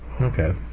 okay